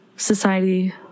Society